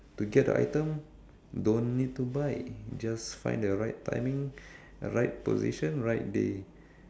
to get the item don't need to buy just find the right timing right position right day